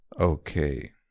Okay